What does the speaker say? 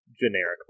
generic